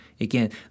again